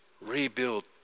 rebuild